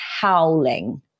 howling